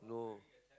no